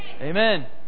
Amen